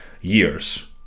years